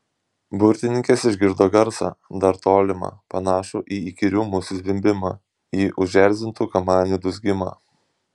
burtininkės išgirdo garsą dar tolimą panašų į įkyrių musių zvimbimą į užerzintų kamanių dūzgimą